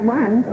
one